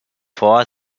vor